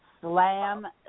Slam